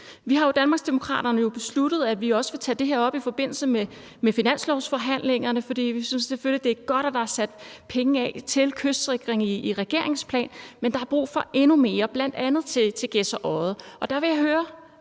Vi har jo i Danmarksdemokraterne besluttet, at vi også vil tage det her op i forbindelse med finanslovsforhandlingerne, for vi synes selvfølgelig, det er godt, at der er sat penge af til kystsikring i regeringens plan, men der er brug for endnu mere, bl.a. til Gedser Odde. Der vil jeg høre